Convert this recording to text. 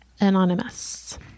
anonymous